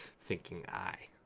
thinking, i,